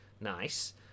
Nice